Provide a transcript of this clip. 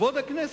כבוד הכנסת.